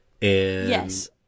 yes